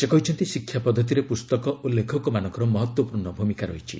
ସେ କହିଛନ୍ତି ଶିକ୍ଷା ପଦ୍ଧତିରେ ପୁସ୍ତକ ଓ ଲେଖକମାନଙ୍କର ମହତ୍ୱପୂର୍ଣ୍ଣ ଭୂମିକା ରହିଛି